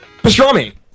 Pastrami